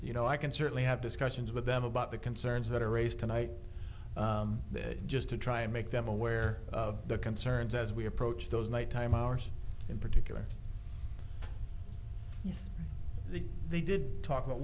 you know i can certainly have discussions with them about the concerns that are raised tonight that just to try and make them aware of the concerns as we approach those nighttime hours in particular the they did talk about